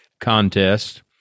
contest